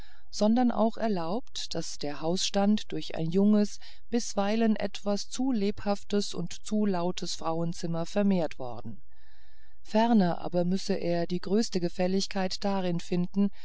sondern auch erlaubt daß der hausstand durch ein junges bisweilen etwas zu lebhaftes und zu lautes frauenzimmer vermehrt worden ferner aber müsse er die größte gefälligkeit darin finden